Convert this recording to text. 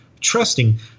trusting